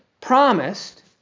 promised